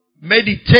meditate